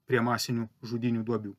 prie masinių žudynių duobių